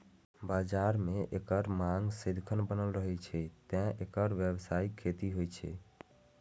बाजार मे एकर मांग सदिखन बनल रहै छै, तें एकर व्यावसायिक खेती होइ छै